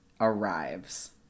arrives